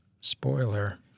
Spoiler